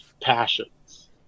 passions